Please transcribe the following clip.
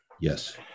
yes